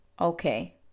okay